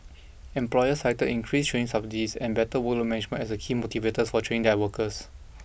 employers cited increased training subsidies and better workload management as the key motivators for training their workers